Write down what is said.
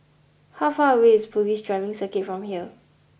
how far away is Police Driving Circuit from here